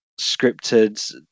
scripted